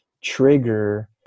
trigger